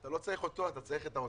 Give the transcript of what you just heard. אתה לא צריך אותו, אתה צריך את האוצר.